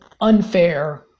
unfair